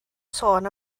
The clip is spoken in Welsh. sôn